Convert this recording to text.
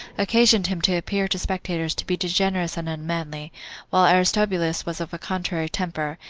occasioned him to appear to spectators to be degenerous and unmanly while. aristobulus was of a contrary temper,